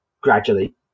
gradually